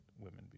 women